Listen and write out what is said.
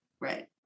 right